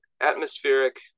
atmospheric